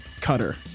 cutter